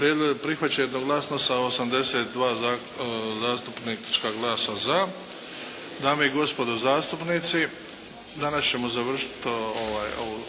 prihvaćen jednoglasno sa 82 zastupnička glasa za. Dame i gospodo zastupnici, danas ćemo završiti ovo